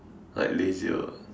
like lazier eh